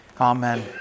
Amen